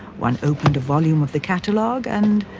one opened a volume of the catalog, and